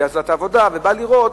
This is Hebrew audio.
עזבה את העבודה ובאה לראות,